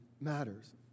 matters